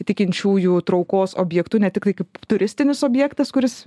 tikinčiųjų traukos objektu ne tiktai kaip turistinis objektas kuris